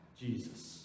Jesus